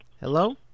Hello